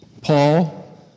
Paul